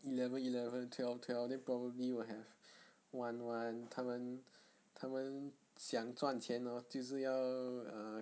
eleven eleven twelve twelve then probably will have one one 他们他们想赚钱 lor 就是要 ah